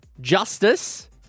Justice